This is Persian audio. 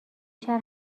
شهر